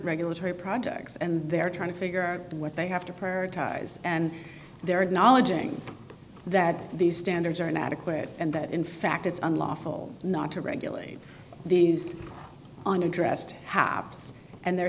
regulatory projects and they're trying to figure out what they have to prioritize and their knowledge ing that these standards are inadequate and that in fact it's unlawful not to regulate these on addressed haps and they're